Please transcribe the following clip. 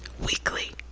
weekly,